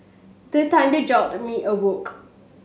the thunder jolt me awake